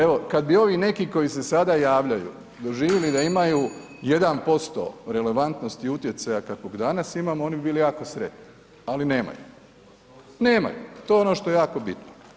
Evo kad bi ovi neki koji se sada javljaju, doživjeli da imaju 1% relevantnosti utjecaja kakvog danas imamo, oni bi bili jako sretni ali nemaju, nemaju, to je ono što je jako bitno.